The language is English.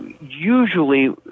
usually